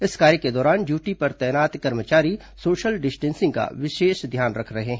इस कार्य के दौरान ड़यूटी में तैनात कर्मचारी सोशल डिस्टेंसिंग का विशेष ध्यान रख रहे हैं